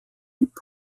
hip